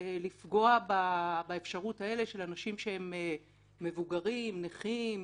לפגוע באפשרויות האלה של אנשים מבוגרים, נכים,